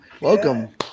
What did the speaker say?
Welcome